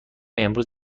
امروز